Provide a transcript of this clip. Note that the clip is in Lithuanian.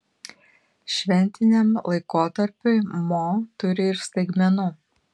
šventiniam laikotarpiui mo turi ir staigmenų